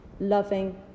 loving